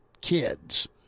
kids